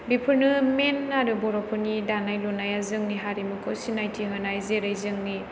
बेफोरनो मेन आरो बर'फोरनि दानाय लुनाया जोंनि हारिमुखौ सिनायथि होनाय जेरै जोंनि